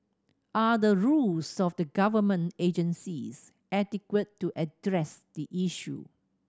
are the rules of the government agencies adequate to address the issue